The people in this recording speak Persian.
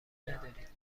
ندارید